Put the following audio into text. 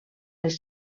les